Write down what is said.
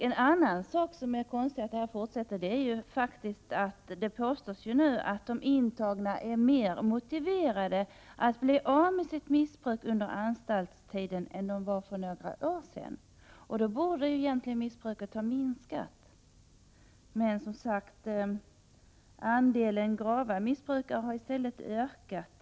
En annan sak som gör att det är konstigt att missbruket fortsätter är att det nu påstås att de intagna är mer motiverade att bli av med sitt missbruk under anstaltstiden än de var för några år sedan. Då borde egentligen missbruket ha minskat. Men, som sagt, antalet grava missbrukare har i stället ökat.